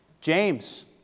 James